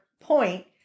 point